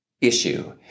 issue